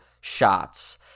shots